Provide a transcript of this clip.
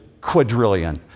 quadrillion